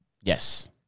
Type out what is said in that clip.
Yes